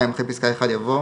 (2) אחרי פסקה (1) יבוא: